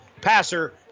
passer